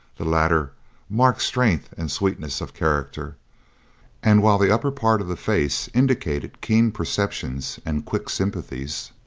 the latter marked strength and sweetness of character and while the upper part of the face indicated keen perceptions and quick sympathies,